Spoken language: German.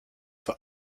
vor